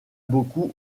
beaucoup